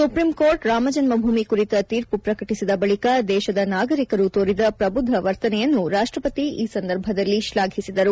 supreme court Ramjanma Bhoomi ಕುರಿತ ತೀರ್ಪು ಪ್ರಕಟಿಸಿದ ಬಳಿಕ ದೇಶದ ನಾಗರಿಕರು ತೋರಿದ ಪ್ರಭುದ್ದ ವರ್ತನೆಯನ್ನು ರಾಷ್ಲಪತಿ ಈ ಸಂದರ್ಭದಲ್ಲಿ ತ್ಲಾಫಿಸಿದರು